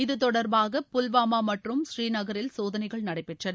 இத்தொடர்பாக புல்வாமா மற்றும் புரீநகரில் சோதளைகள் நடைபெற்றன